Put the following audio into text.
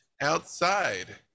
outside